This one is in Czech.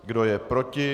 Kdo je proti?